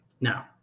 Now